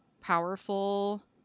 powerful